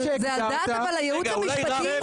זה על דעת הייעוץ המשפטי?